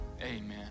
Amen